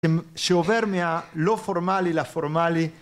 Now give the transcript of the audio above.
שעובר מהלא פורמלי לפורמלי